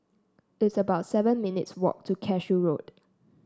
it's about seven minutes' walk to Cashew Road